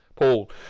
Paul